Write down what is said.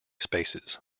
spaces